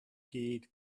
gyd